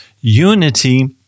unity